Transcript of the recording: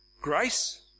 grace